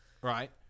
right